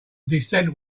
descent